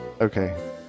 okay